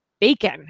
bacon